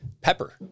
Pepper